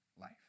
life